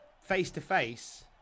face-to-face